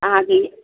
आंहा गैया